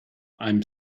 i’m